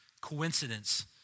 coincidence